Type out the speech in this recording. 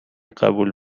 قبول